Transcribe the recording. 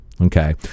okay